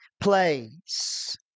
place